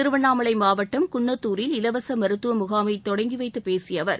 திருவண்ணாமலை மாவட்டம் குன்னத்தூரில் இலவச மருத்துவமுகாமை தொடங்கிவைத்து பேசிய அவர்